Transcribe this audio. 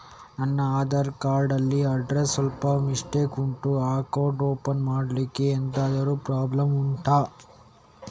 ನನ್ನ ಆಧಾರ್ ಕಾರ್ಡ್ ಅಲ್ಲಿ ಅಡ್ರೆಸ್ ಸ್ವಲ್ಪ ಮಿಸ್ಟೇಕ್ ಉಂಟು ಅಕೌಂಟ್ ಓಪನ್ ಮಾಡ್ಲಿಕ್ಕೆ ಎಂತಾದ್ರು ಪ್ರಾಬ್ಲಮ್ ಉಂಟಾ